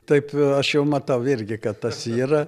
taip aš jau matau irgi kad tas yra